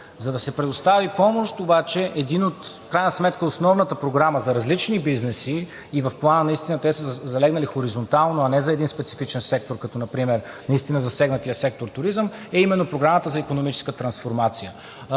За да се предостави помощ обаче – в крайна сметка основната Програма за различни бизнеси и в Плана наистина те са залегнали хоризонтално, а не за един специфичен сектор като например наистина засегнатия сектор „Туризъм“, е именно Програмата за икономическа трансформация.